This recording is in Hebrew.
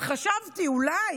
חשבתי, אולי,